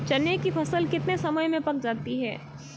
चने की फसल कितने समय में पक जाती है?